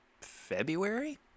February